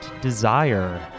Desire